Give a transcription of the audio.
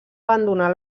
abandonar